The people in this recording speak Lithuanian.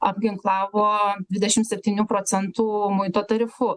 apginklavo dvidešim septynių procentų muito tarifu